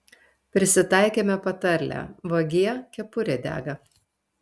prisitaikėme patarlę vagie kepurė dega